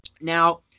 Now